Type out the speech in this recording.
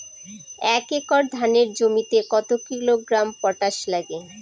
এক একর ধানের জমিতে কত কিলোগ্রাম পটাশ লাগে?